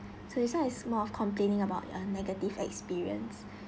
so it's sort is more of complaining about a negative experience